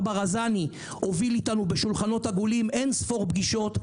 ברזני הוביל אתנו בשולחנות עגולים אין ספור פגישות,